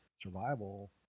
survival